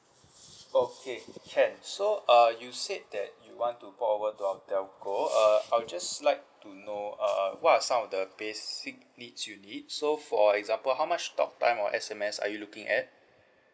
okay can so uh you said that you want to port over to our telco uh I'll just like to know err what are some of the basic needs you need so for example how much talk time or S_M_S are you looking at